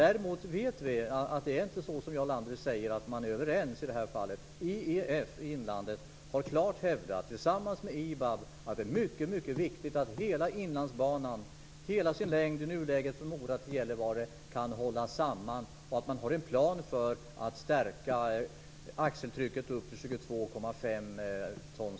Vi vet att det inte är som Jarl Lander säger. Man är inte överens i detta fall. IEF har tillsammans med IBAB klart hävdat att det är mycket viktigt att hela Inlandsbanan - från Mora till Gällivare - kan hållas samman och att man har en plan för att stärka axeltrycket upp till 22,5 ton.